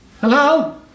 Hello